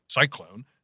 cyclone